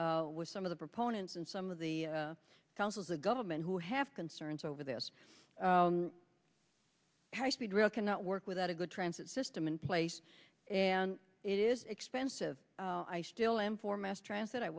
with some of the proponents and some of the councils of government who have concerns over this high speed rail cannot work without a good transit system in place and it is expensive i still am for mass transit i